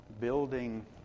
building